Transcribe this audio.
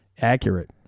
accurate